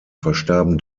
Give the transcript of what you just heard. verstarben